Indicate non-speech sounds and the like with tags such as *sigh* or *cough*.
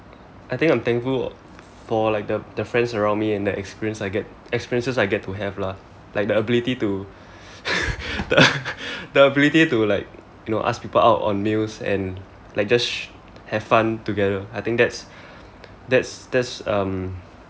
I think I'm thankful for like the the friends around me and the experience I get experiences I get to have lah like the ability to *laughs* the ability to like you know ask people out on meals and like jus~ have fun together I think that's that's that's um